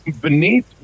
Beneath